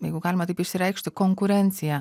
jeigu galima taip išsireikšti konkurencija